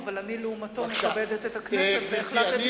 אבל אני לעומתו מכבדת את הכנסת והחלטתי